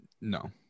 No